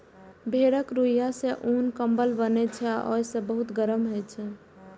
भेड़क रुइंया सं उन, कंबल बनै छै आ से बहुत गरम होइ छै